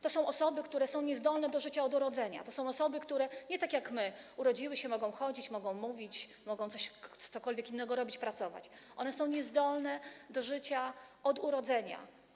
To są osoby, które są niezdolne do życia od urodzenia, to są osoby, które nie tak jak my, urodziły się, mogą chodzić, mogą mówić, mogą cokolwiek innego robić, pracować, tylko one są niezdolne do życia od urodzenia.